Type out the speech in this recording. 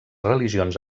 religions